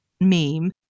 meme